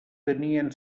tenien